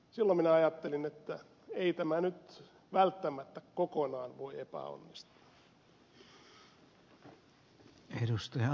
silloin minä ajattelin että ei tämä nyt välttämättä kokonaan voi epäonnistua